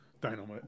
Dynamite